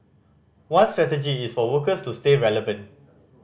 one strategy is for workers to stay relevant